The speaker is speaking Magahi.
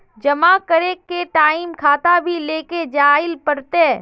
जमा करे के टाइम खाता भी लेके जाइल पड़ते?